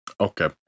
Okay